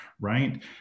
right